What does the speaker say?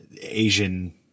Asian